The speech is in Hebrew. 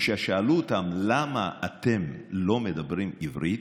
כששאלו אותם: למה אתם לא מדברים עברית?